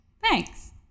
Thanks